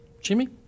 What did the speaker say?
Jimmy